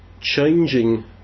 Changing